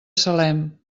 salem